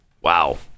Wow